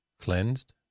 cleansed